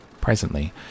Presently